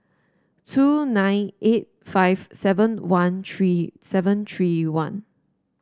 two nine eight five seven one three seven three one